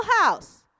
house